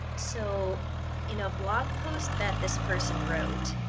so in a blog post that this person wrote,